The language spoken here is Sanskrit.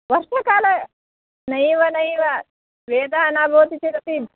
वर्षाकाल नैव नैव स्वेदः न भवति चेद् अपि